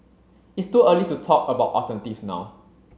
it's too early to talk about alternatives now